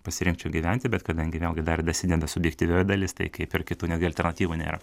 pasirinkčiau gyventi bet kadangi vėlgi dar dasideda subjektyvioji dalis tai kaip ir kitų netgi alternatyvų nėra